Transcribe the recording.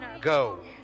go